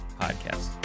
podcast